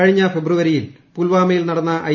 കഴിഞ്ഞ ഫെബ്രുവരിയിൽ പുൽവാമയിൽ നടന്ന ഐ